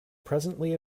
presently